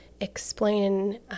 explain